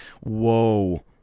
Whoa